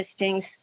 listings